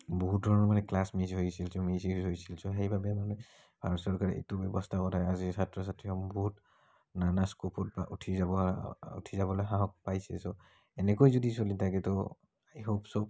বহুতৰে মানে class miss হৈছিল ছ' মিছেই হৈছিল ছ' সেইবাবে মানে ভাৰত চৰকাৰে এইটো ব্যৱস্থা কৰে আজি ছাত্ৰ ছাত্ৰীসমূহ বহুত নানা স্কোপত উঠি যাবলৈ উঠি যাবলৈ সাহস পাইছে ছ' এনেকৈ যদি চলি থাকে তো আই হোপ ছ'